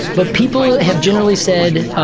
but people have generally said,